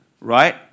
Right